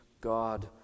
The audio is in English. God